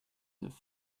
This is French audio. neuf